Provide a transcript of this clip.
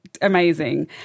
amazing